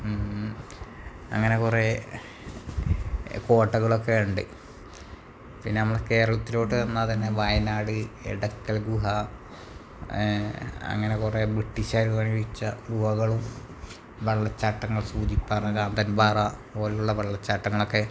അങ്ങനെ കുറേ കോട്ടകളൊക്കെ ഉണ്ട് പിന്നെ നമ്മളെ കേരളത്തിലോട്ട് വന്നാല് തന്നെ വയനാട് എടക്കൽ ഗുഹ അങ്ങനെ കുറേ ബ്രിട്ടീഷുകാര് പണിയിച്ച ഗുഹകളും വെള്ളച്ചാട്ടങ്ങൾ സൂചിപ്പാറ കാന്തൻപാറ പോലുള്ള വെള്ളച്ചാട്ടങ്ങളൊക്കെ